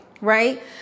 right